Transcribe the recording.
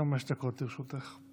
חמש דקות לרשותך.